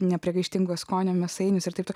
nepriekaištingo skonio mėsainius ir taip